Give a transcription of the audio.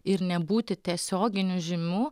ir nebūti tiesioginių žymių